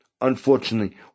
unfortunately